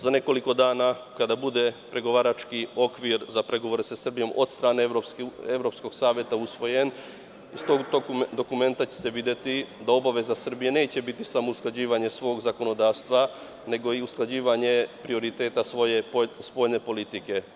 Za nekoliko dana kada bude pregovarački okvir za pregovore sa Srbijom od strane Evropskog saveta usvojen, iz tog dokumenta će se videti da obaveza Srbije neće biti samo usklađivanje svog zakonodavstva, nego i usklađivanje prioriteta svoje spoljne politike.